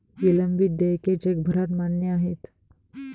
विलंबित देयके जगभरात मान्य आहेत